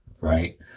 right